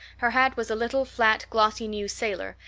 her hat was a little, flat, glossy, new sailor,